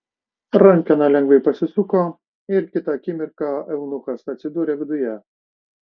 rankena lengvai pasisuko ir kitą akimirką eunuchas atsidūrė viduje